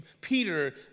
Peter